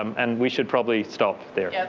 um and we should probably stop there.